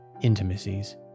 Intimacies